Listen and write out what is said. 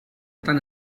tant